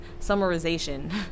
summarization